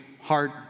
heart